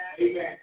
Amen